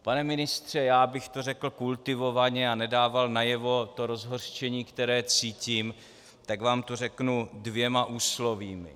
Pane ministře, abych to řekl kultivovaně a nedával najevo to rozhořčení, které cítím, tak vám to řeknu dvěma úslovími.